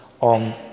on